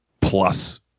plus